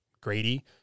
Grady